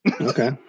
Okay